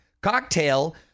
cocktail